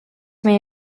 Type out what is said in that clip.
may